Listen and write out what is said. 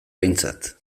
aintzat